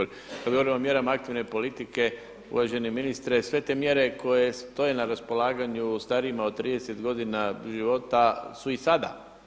Dakle, kada govorimo o mjerama aktivne politike uvaženi ministre, sve te mjere koje stoje na raspolaganju starijim od 30 godina života su i sada.